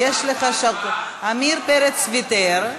עמיר פרץ ויתר.